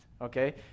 okay